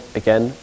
again